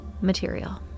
material